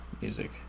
music